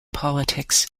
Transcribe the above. politics